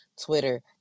Twitter